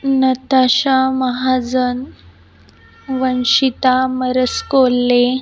Natasha Mahajan Vanshita Maraskolhe